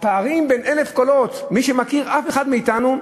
הפערים בין 1,000 קולות, מי שמכיר, אף אחד מאתנו,